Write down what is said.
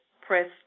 press